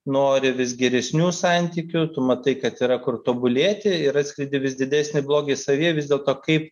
nori vis geresnių santykių tu matai kad yra kur tobulėti ir atskleidi vis didesnį blogį savyje vis dėlto kaip